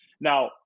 Now